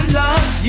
love